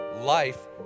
life